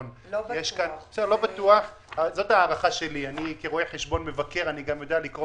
אנחנו צריכים למממן תחום מכרזים בלשכה